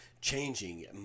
changing